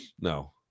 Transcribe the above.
No